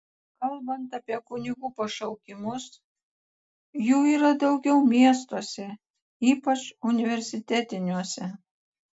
kalbant apie kunigų pašaukimus jų yra daugiau miestuose ypač universitetiniuose